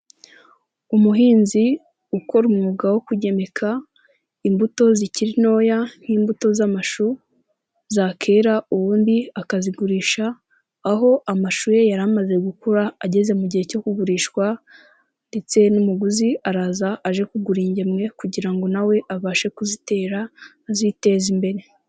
Umuhinzi ukora umwuga wo kugemeka imbuto zikiri ntoya nk'imbuto z'amashu, zakera ubundi akazizigurisha aho amashu ye yari amaze gukura ageze mu gihe cyo kugurishwa, ndetse n'umuguzi araza aje kugura ingemwe kugira ngo nawe abashe kuzitera, aziteze imbere.